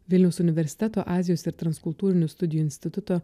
vilniaus universiteto azijos ir transkultūrinių studijų instituto